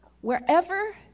Wherever